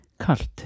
kalt